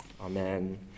Amen